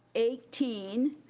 eighteen,